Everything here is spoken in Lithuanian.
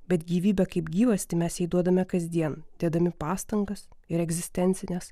bet gyvybę kaip gyvastį mes jai duodame kasdien dėdami pastangas ir egzistencines